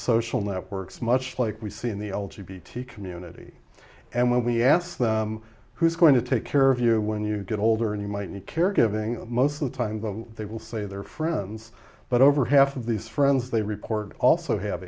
social networks much like we see in the old g b t community and when we ask them who's going to take care of you when you get older and you might need caregiving most of the time though they will say their friends but over half of these friends they report also have